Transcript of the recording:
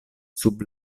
sub